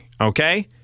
okay